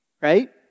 right